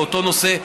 באותו נושא,